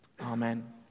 amen